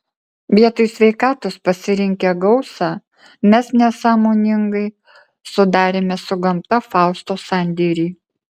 vietoj sveikatos pasirinkę gausą mes nesąmoningai sudarėme su gamta fausto sandėrį